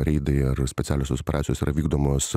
reidai ir specialiosios partijos yra vykdomos